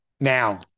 Now